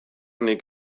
nik